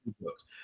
books